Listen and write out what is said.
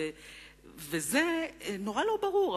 וזה נורא לא ברור,